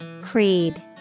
Creed